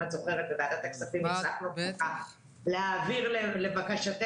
אם את זוכרת בוועדת הכספים הצלחנו --- להעביר לבקשתנו,